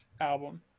album